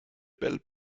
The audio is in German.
bell